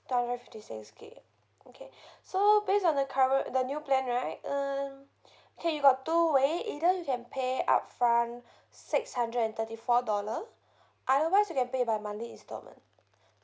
two hundred fifty six gig okay so based on the current the new plan right um K you got two way either you can pay upfront six hundred and thirty four dollar otherwise you can pay by monthly installment